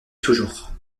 toujours